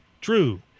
True